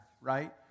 Right